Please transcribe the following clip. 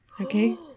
Okay